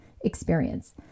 experience